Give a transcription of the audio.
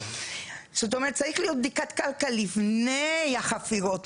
זאת אומרת צריכה להיות בדיקת קרקע לפני החפירות,